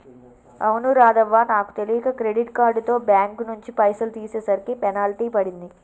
అవును రాధవ్వ నాకు తెలియక క్రెడిట్ కార్డుతో బ్యాంకు నుంచి పైసలు తీసేసరికి పెనాల్టీ పడింది